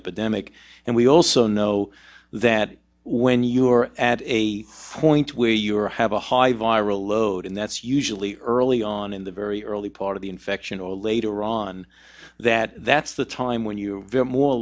epidemic and we also know that when you are at a point where you are have a high viral load and that's usually early on in the very early part of the infection or later on that that's the time when you are more